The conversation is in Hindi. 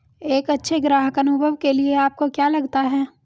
एक अच्छे ग्राहक अनुभव के लिए आपको क्या लगता है?